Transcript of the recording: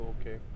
okay